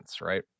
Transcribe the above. right